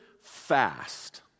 fast